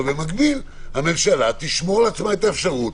אבל במקביל הממשלה תשמור לעצמה את האפשרות,